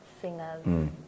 singers